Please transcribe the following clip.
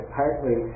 partly